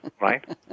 Right